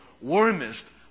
warmest